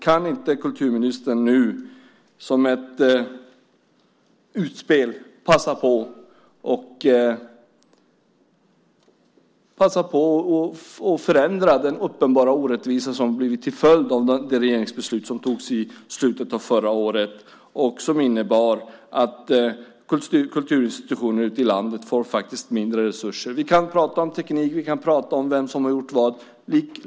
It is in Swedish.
Kan inte kulturministern nu, som ett utspel, passa på att rätta till den uppenbara orättvisa som blivit till följd av det regeringsbeslut som togs i slutet av förra året och som innebär att kulturinstitutioner ute i landet faktiskt får mindre resurser? Vi kan prata om teknik. Vi kan prata om vem som har gjort vad.